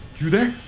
you there?